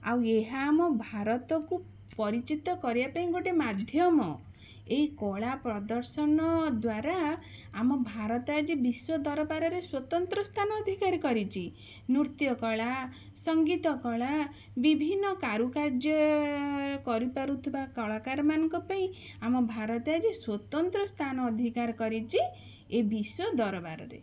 ଆଉ ଏହା ଆମ ଭାରତକୁ ପରିଚିତ କରାଇବା ପାଇଁ ଗୋଟେ ମାଧ୍ୟମ ଏଇ କଳା ପ୍ରଦର୍ଶନ ଦ୍ଵାରା ଆମ ଭାରତ ଆଜି ବିଶ୍ଵ ଦରବାରରେ ସ୍ୱତନ୍ତ୍ର ସ୍ଥାନ ଅଧିକାର କରିଛି ନୃତ୍ୟ କଳା ସଙ୍ଗୀତ କଳା ବିଭିନ୍ନ କାରୁକାର୍ଯ୍ୟ କରିପାରୁଥିବା କଳାକାର ମାନଙ୍କ ପାଇଁ ଆମ ଭାରତ ଆଜି ସ୍ଵତନ୍ତ୍ର ସ୍ଥାନ ଅଧିକାର କରିଛି ଏ ବିଶ୍ଵ ଦରବାରରେ